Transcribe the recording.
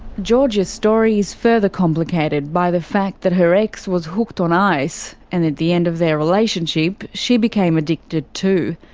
georgia's story is further complicated by the fact that her ex was hooked on ice, and at the end of their relationship she became addicted too.